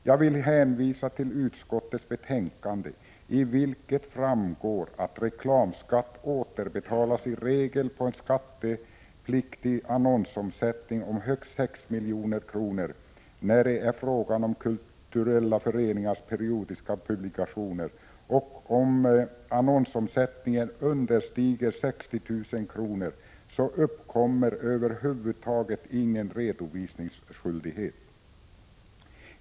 Jag vill hänvisa till utskottets betänkande, av vilket framgår att reklamskatt i regel återbetalas på en skattepliktig annonsomsättning om högst 6 milj.kr. när det är fråga om kulturella föreningars periodiska publikationer. Om annonsomsättningen understiger 60 000 kr. uppkommer över huvud taget ingen redovisningsskyldighet.